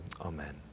amen